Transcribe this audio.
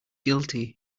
guilty